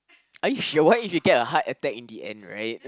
are you sure what if you get a heart attack in the end right